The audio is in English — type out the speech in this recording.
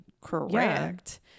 correct